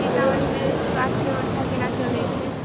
सीतामढ़ी मे स्वास्थ ब्यबस्था केना चलै छै